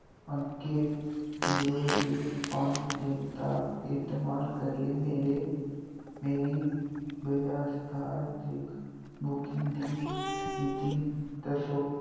अंक zero zero पंज तिन्न दा इस्तेमाल करियै मेरे मेरी व्यवसायक बुकिंग दी स्थिति दस्सो